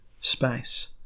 space